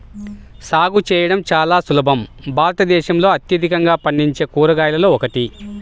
సాగు చేయడం చాలా సులభం భారతదేశంలో అత్యధికంగా పండించే కూరగాయలలో ఒకటి